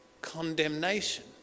condemnation